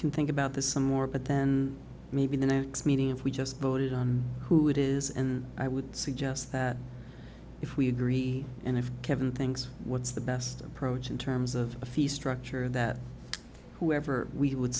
can think about this some more but then maybe the next meeting if we just voted on who it is and i would suggest that if we agree and if kevin thinks what's the best approach in terms of a fee structure that whoever we would